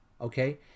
okay